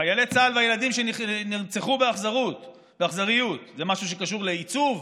חיילי צה"ל והילדים שנרצחו באכזריות זה משהו שקשור לעיצוב?